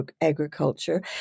agriculture